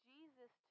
Jesus